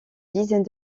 dizaine